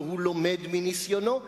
ולומד מניסיונו,